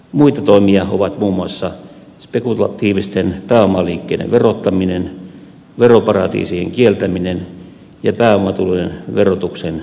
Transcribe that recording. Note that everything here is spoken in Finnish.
muita toimia ovat muun muassa spekulatiivisten pääomaliikkeiden verottaminen veroparatiisien kieltäminen ja pääomatulojen verotuksen kiristäminen